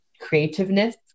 creativeness